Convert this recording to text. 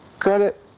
credit